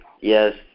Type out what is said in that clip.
Yes